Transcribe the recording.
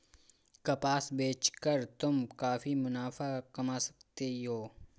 कपास बेच कर तुम काफी मुनाफा कमा सकती हो